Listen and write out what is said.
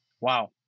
Wow